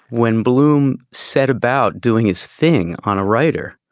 when bloom said about doing his thing on a writer,